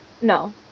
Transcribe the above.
no